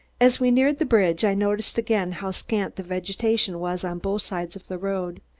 as we neared the bridge, i noticed again how scant the vegetation was on both sides of the road.